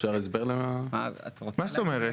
מה זאת אומרת?